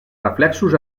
reflexos